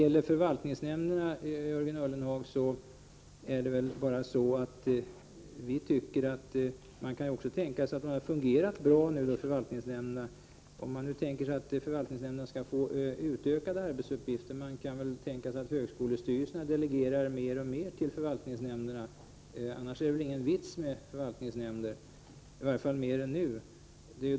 Sedan är det väl så, Jörgen Ullenhag, att förvaltningsnämnderna har fungerat bra, om de nu skall få utökade arbetsuppgifter. Man kan väl tänka sig att högskolestyrelserna delegerar mer och mer till förvaltningsnämnderna. Annars är det väl ingen vits med förvaltningsnämnder, i varje fall inte mer än nu.